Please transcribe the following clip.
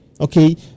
Okay